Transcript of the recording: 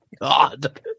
God